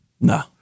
No